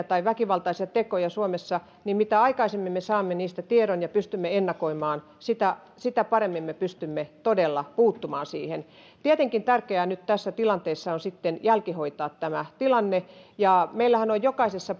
tai väkivaltaisia tekoja suomessa niin mitä aikaisemmin me saamme niistä tiedon ja pystymme ennakoimaan sitä sitä paremmin me pystymme todella puuttumaan niihin tietenkin tärkeää nyt tässä tilanteessa on sitten jälkihoitaa tämä tilanne meillähän on jokaisessa